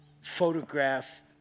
photograph